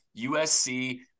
USC